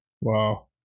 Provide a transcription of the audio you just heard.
wow